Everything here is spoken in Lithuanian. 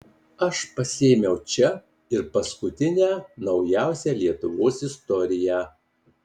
aš pasiėmiau čia ir paskutinę naujausią lietuvos istoriją